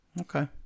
Okay